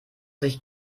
sich